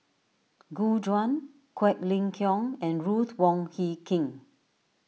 Gu Juan Quek Ling Kiong and Ruth Wong Hie King